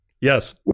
Yes